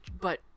but-